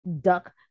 Duck